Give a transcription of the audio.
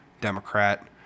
Democrat